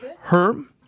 Herm